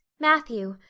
matthew,